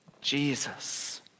Jesus